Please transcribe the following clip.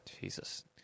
Jesus